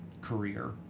career